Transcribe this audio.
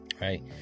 Right